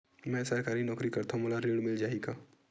मै सरकारी नौकरी करथव मोला ऋण मिल जाही?